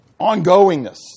ongoingness